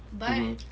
mmhmm